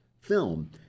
film